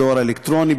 בדואר אלקטרוני,